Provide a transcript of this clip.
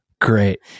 Great